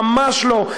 ממש לא,